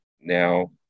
Now